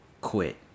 quit